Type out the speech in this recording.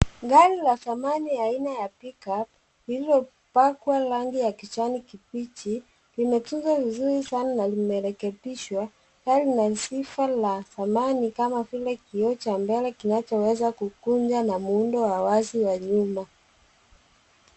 Gari la zamani aina ya pick up lililopakwa rangi ya kijani kibichi limetunzwa vizuri sana na limerekebishwa gari lina sifa la dhamani kama vile kioo cha mbele kinachoweza kukunja na muundo wa wazi wa nyuma.